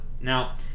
Now